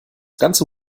ganze